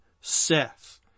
Seth